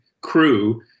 crew